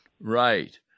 Right